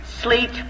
sleet